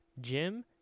Jim